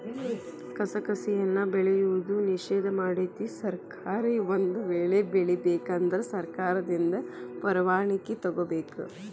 ಕಸಕಸಿಯನ್ನಾ ಬೆಳೆಯುವುದು ನಿಷೇಧ ಮಾಡೆತಿ ಸರ್ಕಾರ ಒಂದ ವೇಳೆ ಬೆಳಿಬೇಕ ಅಂದ್ರ ಸರ್ಕಾರದಿಂದ ಪರ್ವಾಣಿಕಿ ತೊಗೊಬೇಕ